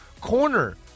corner